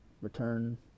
return